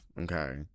Okay